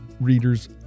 readers